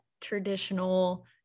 traditional